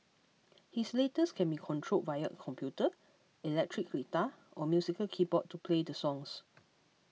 his latest can be controlled via a computer electric guitar or musical keyboard to play the songs